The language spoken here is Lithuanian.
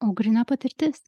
o gryna patirtis